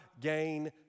gain